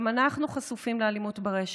גם אנחנו חשופים לאלימות ברשת.